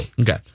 Okay